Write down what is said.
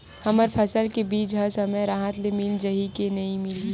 हमर फसल के बीज ह समय राहत ले मिल जाही के नी मिलही?